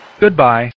Goodbye